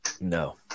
no